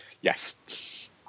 Yes